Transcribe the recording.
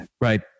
Right